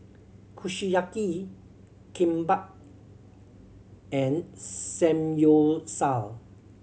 Kushiyaki Kimbap and Samgyeopsal